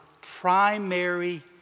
primary